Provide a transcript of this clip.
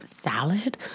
salad